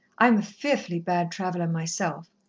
i'm a fearfully bad traveller myself.